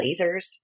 lasers